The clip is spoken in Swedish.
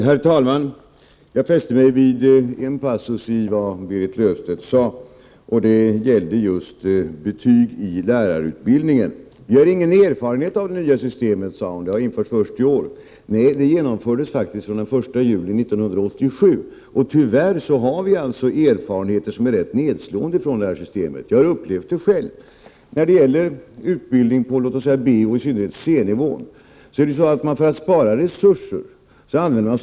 Herr talman! Jag fäste mig vid en passus i Berit Löfstedts anförande, och den gällde betyg i lärarutbildningen. Vi har ingen erfarenhet av det nya systemet, sade hon — det har införts först i år. Nej, det genomfördes faktiskt från den 1 juli 1987. Och tyvärr har vi erfarenheter, som är rätt nedslående, av det systemet. Jag har upplevt det själv. När det gäller utbildning på låt oss säga B och i synnerhet C-nivån blandas Prot. 1988/89:40 studenter av olika kategorier för att spara resurser.